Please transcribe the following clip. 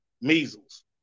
Measles